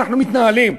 אנחנו מתנהלים.